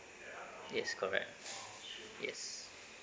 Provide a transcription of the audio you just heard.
yes correct